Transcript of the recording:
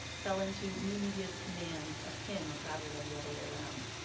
fell into new media's commands of him, rather than the other way around.